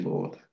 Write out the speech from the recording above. Lord